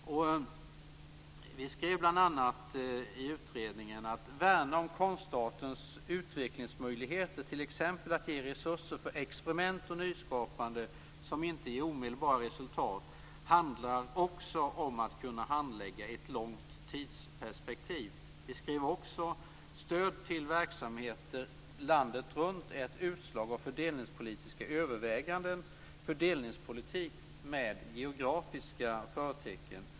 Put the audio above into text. Vi skrev bl.a. i utredningen om att värna om konstartens utvecklingsmöjligheter, t.ex. att ge resurser för experiment och nyskapande som inte ger omedelbara resultat, handlar också om att kunna handlägga ett långt tidsperspektiv. Vi skrev också att stöd till verksamheter landet runt är ett utslag av fördelningspolitiska överväganden, fördelningspolitik med geografiska förtecken.